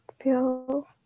feel